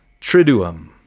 Triduum